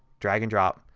drag and drop,